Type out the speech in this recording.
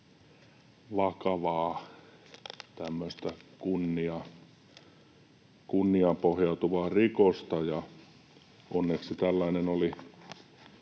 vakavaa tämmöistä kunniaan pohjautuvaa rikosta, ja onneksi tällainen oli